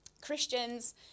Christians